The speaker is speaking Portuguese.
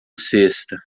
sexta